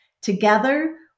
Together